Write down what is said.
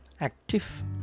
active